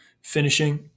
finishing –